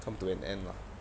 come to an end lah